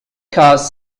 cars